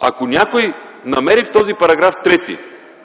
Ако някой намери в този § 3 трудност